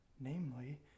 Namely